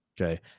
Okay